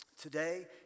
Today